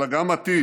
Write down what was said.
אלא גם עתיד,